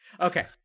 Okay